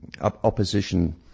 opposition